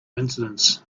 incidents